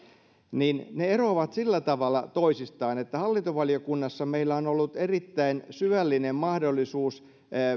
niin ne eroavat sillä tavalla toisistaan että hallintovaliokunnassa meillä on ollut erittäin syvällinen mahdollisuus